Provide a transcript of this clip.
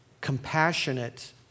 compassionate